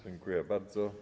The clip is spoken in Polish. Dziękuję bardzo.